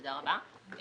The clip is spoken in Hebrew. תודה רבה.